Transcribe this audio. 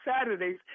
Saturdays